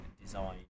design